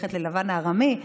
ללכת ללבן הארמי.